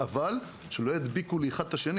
אבל שלא ידביקו זה את זה.